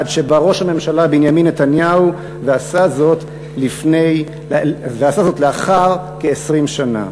עד שבא ראש הממשלה בנימין נתניהו ועשה זאת לאחר כ-20 שנה.